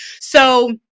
So-